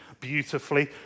beautifully